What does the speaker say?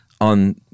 on